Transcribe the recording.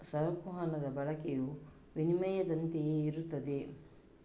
ಸರಕು ಹಣದ ಬಳಕೆಯು ವಿನಿಮಯದಂತೆಯೇ ಇರುತ್ತದೆ